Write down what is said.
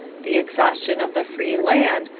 the exhaustion of the free land,